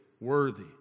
worthy